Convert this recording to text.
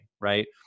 Right